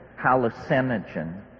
hallucinogen